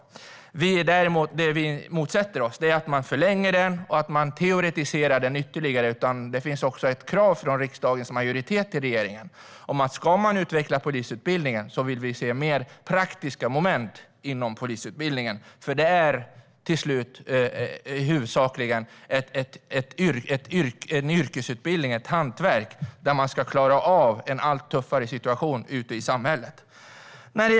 Det vi motsätter oss är att man förlänger polisutbildningen och teoretiserar den ytterligare. Det finns också ett krav från riksdagens majoritet som innebär att om man ska utveckla polisutbildningen vill vi se fler praktiska moment. Det är huvudsakligen en yrkesutbildning, ett hantverk, där man ska klara av allt tuffare situationer ute i samhället.